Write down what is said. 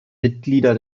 mitglieder